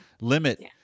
Limit